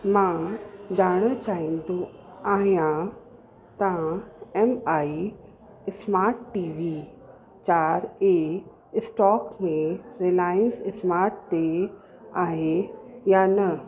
मां ॼाणणु चाहींदो आहियां तव्हां एम आई स्माट टीवी चारि ए स्टॉक में रिलाइंस स्माट टीवी आहे या न